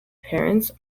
parents